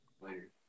Later